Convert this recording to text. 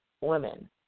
women